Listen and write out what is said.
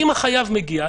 אם החייב מגיע,